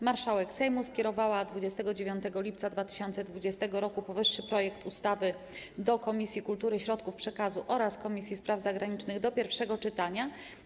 Marszałek Sejmu skierowała 29 lipca 2020 r. powyższy projekt ustawy do Komisji Kultury i Środków Przekazu oraz Komisji Spraw Zagranicznych do pierwszego czytania.